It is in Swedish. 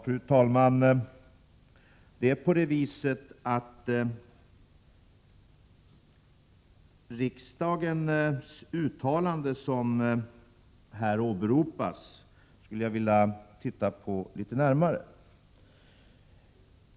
Fru talman! Jag skulle vilja titta litet närmare på det riksdagens uttalande som här åberopas.